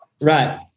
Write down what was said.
Right